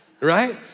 Right